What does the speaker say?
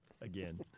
Again